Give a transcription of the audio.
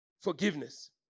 forgiveness